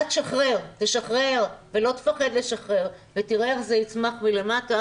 תשחרר ולא תפחד לשחרר ותראה איך זה יצמח מלמטה,